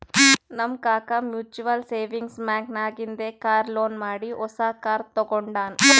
ನಮ್ ಕಾಕಾ mutual savings bank ನಾಗಿಂದೆ ಕಾರ್ ಲೋನ್ ಮಾಡಿ ಹೊಸಾ ಕಾರ್ ತಗೊಂಡಾನ್